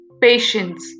patience